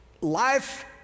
Life